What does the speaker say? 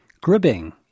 gripping